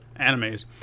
animes